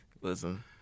Listen